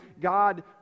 God